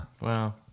Wow